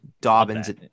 Dobbins